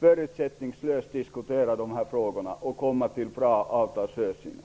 förutsättningslöst skall diskutera dessa frågor och komma fram till bra avtalslösningar.